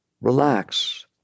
Relax